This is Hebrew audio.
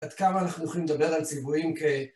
עד כמה אנחנו יכולים לדבר על ציוויים כ...